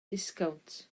disgownt